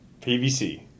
PVC